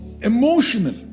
emotional